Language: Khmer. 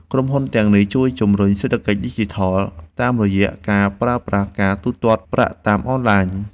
ក្រុមហ៊ុនទាំងនេះជួយជំរុញសេដ្ឋកិច្ចឌីជីថល តាមរយៈការប្រើប្រាស់ការទូទាត់ប្រាក់តាមអនឡាញ។